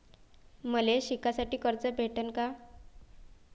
मले शिकासाठी कर्ज भेटन का?